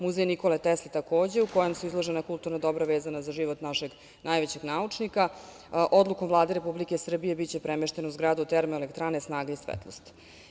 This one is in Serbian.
Muzej "Nikole Tesle", takođe, u kojem su izložena kulturna dobra vezana za život našeg najvećeg naučnika, odlukom Vlade Republike Srbije biće premešten u zgradu termoelektrane "Snaga i svetlost"